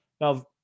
Now